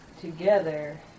together